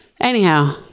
Anyhow